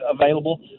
available